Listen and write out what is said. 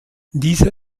diese